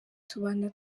tubana